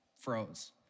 froze